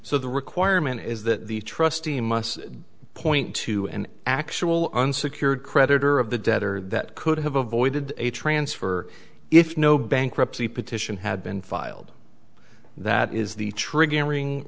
so the requirement is that the trustee must point to an actual unsecured creditors or of the debtor that could have avoided a transfer if no bankruptcy petition had been filed that is the triggering